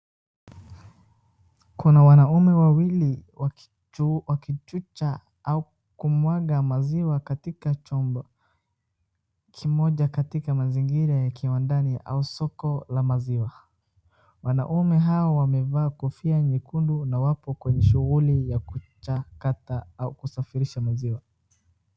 Kuna wanaume wawili wakichuja au kumwaga maziwa katika chombo kimoja katika mazingira ya kiwandani au soko la maziwa. Wanaume hawa wamevaa kofia nyekundu na wako kwenye shughuli ya kuchakata au kusafisha maziwa.